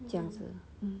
这样子